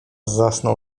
zasnął